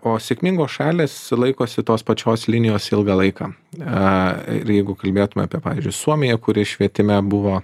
o sėkmingos šalys laikosi tos pačios linijos ilgą laiką ir jeigu kalbėtume apie pavyzdžiui suomiją kuri švietime buvo